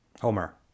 homer